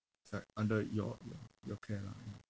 it's like under your your your care lah ya